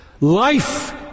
life